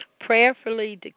prayerfully